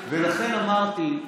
דקה.